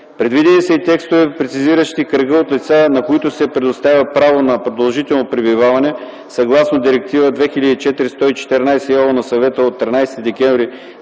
Предвидени са и текстове, прецизиращи кръга от лица, на които се предоставя право на продължително пребиваване съгласно Директива 2004/114/ЕО на Съвета от 13 декември